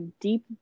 deep